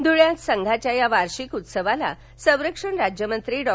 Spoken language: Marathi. ध्ळ्यात संघाच्या या वार्षिक उत्सवाला संरक्षण राज्यमंत्री डॉ